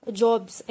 jobs